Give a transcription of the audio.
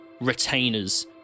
retainers